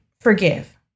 forgive